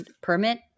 permit